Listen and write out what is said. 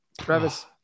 Travis